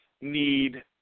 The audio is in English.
need